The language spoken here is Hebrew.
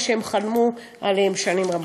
על מה שהם חלמו שנים רבות.